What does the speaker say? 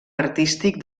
artístic